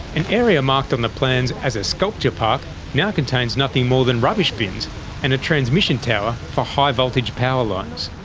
an area marked on the plans as a sculpture park now contains nothing more than rubbish bins and a transmission tower for high voltage power lines.